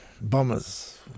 bombers